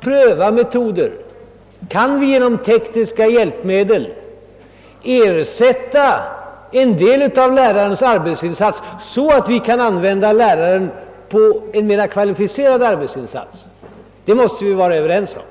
pröva metoder för att se, om vi genom tekniska hjälpmedel kan ersätta en del av lärarens arbetsinsats, så att vi kan använda läraren för me: ra kvalificerade uppgifter. Detta måste vi vara överens om.